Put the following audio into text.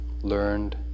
learned